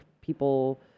people